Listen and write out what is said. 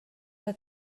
que